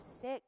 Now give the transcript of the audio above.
sick